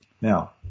Now